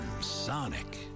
Sonic